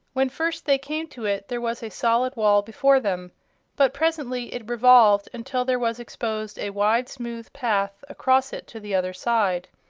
when first they came to it there was a solid wall before them but presently it revolved until there was exposed a wide, smooth path across it to the other side.